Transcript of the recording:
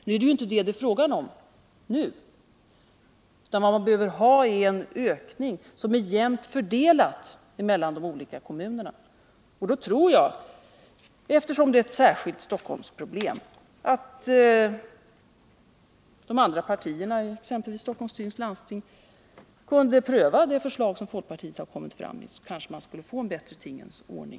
Men det är inte fråga om det nu, utan vad vi behöver är en ökning som är jämnt fördelad mellan de olika kommunerna. Och om de andra partierna i exempelvis Stockholms läns landsting — det är ju ett särskilt Stockholmsproblem — kunde pröva det förslag som folkpartiet lagt fram, så kanske vi skulle få en bättre tingens ordning.